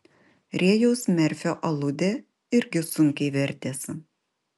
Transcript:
rėjaus merfio aludė irgi sunkiai vertėsi